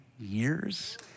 years